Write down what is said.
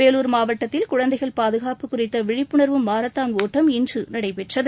வேலூர் மாவட்டத்தில் குழந்தைகள் பாதுகாப்பு குறித்த விழிப்புணர்வு மாரத்தான் ஒட்டம் இன்று நடைபெற்றது